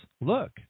Look